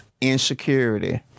Insecurity